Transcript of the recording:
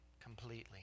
Completely